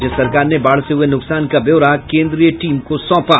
राज्य सरकार ने बाढ़ से हुये नुकसान का ब्यौरा केंद्रीय टीम को सौंपा